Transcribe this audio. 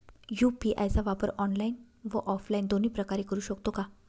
UPI चा वापर online व ऑफलाईन दोन्ही प्रकारे करु शकतो का?